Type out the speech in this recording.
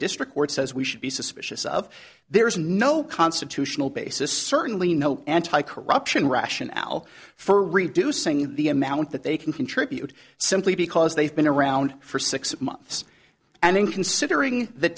district court says we should be suspicious of there is no constitutional basis certainly no anti corruption rationale for reducing the amount that they can contribute simply because they've been around for six months and considering the